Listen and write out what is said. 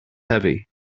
heavy